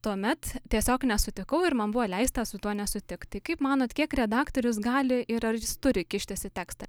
tuomet tiesiog nesutikau ir man buvo leista su tuo nesutikt tai kaip manote kiek redaktorius gali ir ar jis turi kištis į tekstą